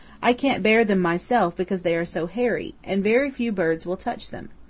i can't bear them myself because they are so hairy, and very few birds will touch them.